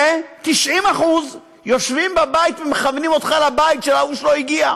כש-90% יושבים בבית ומכוונים אותך לבית של ההוא שלא הגיע.